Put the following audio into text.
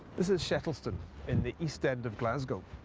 this is shettieston in the east end of giasgow.